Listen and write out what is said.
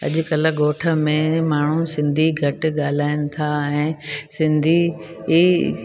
अॼुकल्ह ॻोठ में माण्हू सिंधी घटि ॻाल्हाइनि था ऐं ऐं सिंधी ई